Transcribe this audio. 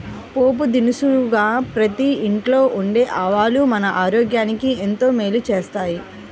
పోపు దినుసుగా ప్రతి ఇంట్లో ఉండే ఆవాలు మన ఆరోగ్యానికి ఎంతో మేలు చేస్తాయి